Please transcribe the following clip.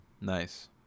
Nice